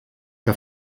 que